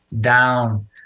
down